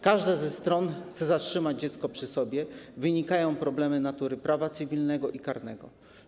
Każda ze stron chce zatrzymać dziecko przy sobie, z czego wynikają problemy natury prawa cywilnego i karnego.